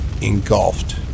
engulfed